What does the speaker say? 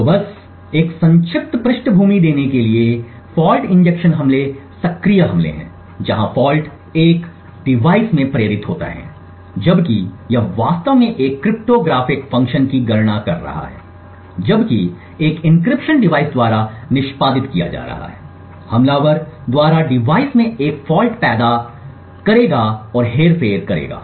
तो बस एक संक्षिप्त पृष्ठभूमि देने के लिए फॉल्ट इंजेक्शन हमले सक्रिय हमले हैं जहां फॉल्ट एक उपकरण में प्रेरित होते हैं जबकि यह वास्तव में एक क्रिप्टोग्राफिक फ़ंक्शन की गणना कर रहा है जबकि एक एन्क्रिप्शन डिवाइस द्वारा निष्पादित किया जा रहा है हमलावर द्वारा डिवाइस में एक फॉल्ट पैदा करेगा और हेरफेर करेगा